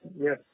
Yes